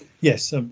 yes